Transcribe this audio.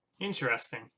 interesting